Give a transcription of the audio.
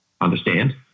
understand